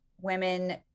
women